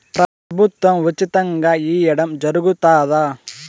ప్రభుత్వం ఉచితంగా ఇయ్యడం జరుగుతాదా?